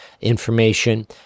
information